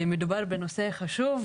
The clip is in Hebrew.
מדובר בנושא חשוב,